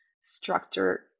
structure